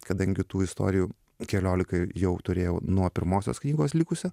kadangi tų istorijų keliolika jau turėjau nuo pirmosios knygos likusio